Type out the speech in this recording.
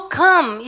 come